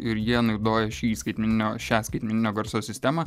ir jie naudoja šį skaitmeninio šią skaitmeninio garso sistemą